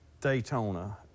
Daytona